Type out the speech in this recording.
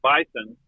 Bison